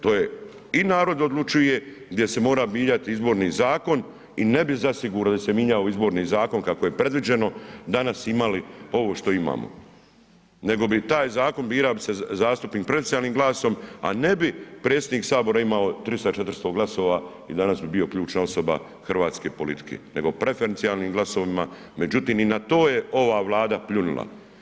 To je i „Narod odlučuje“ gdje se mora mijenjati Izborni zakon i ne bi zasigurno se mijenjao Izborni zakon kako je predviđeno, danas imali ovo što imamo nego bi taj zakon birao, birao bi se zastupnik preferencijalnim glasom a ne bi predsjednik Sabora imao 300, 400 glasova i danas bi bio ključna osoba hrvatske politike nego preferencijalnim glasovima međutim i na to je ova Vlada pljunula.